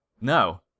No